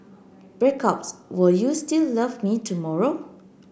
breakups will you still love me tomorrow